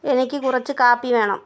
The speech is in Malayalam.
എനിക്ക് കുറച്ച് കാപ്പി വേണം